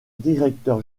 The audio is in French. directeur